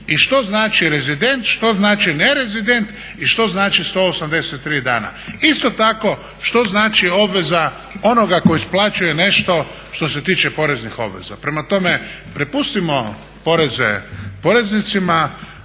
i što znači rezident, što znači nerezident i što znači 183 dana. Isto tako što znači obveza onoga koji isplaćuje nešto što se tiče poreznih obveza. Prema tome, prepustimo poreze poreznicima,